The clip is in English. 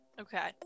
okay